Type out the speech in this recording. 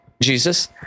Jesus